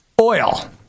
Oil